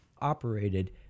operated